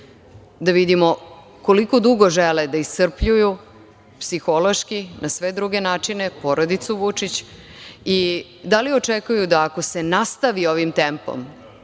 da vidimo koliko dugo žele da iscrpljuju psihološki, na sve druge načine porodicu Vučić i da li očekuju da ako se nastavi ovim tempom,